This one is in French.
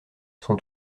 son